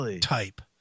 type